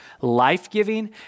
life-giving